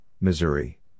Missouri